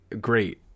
great